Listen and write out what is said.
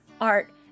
art